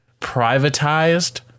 privatized